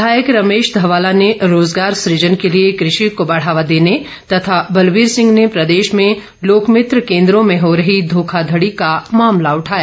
विधायक रमेश धवाला ने रोजगार सुजन के लिए कृषि को बढावा देने तथा बलबीर सिंह ने प्रदेश में लोकमित्र केन्द्रों में हो रही घोखाधडी का मामला उठाया